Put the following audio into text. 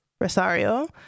Rosario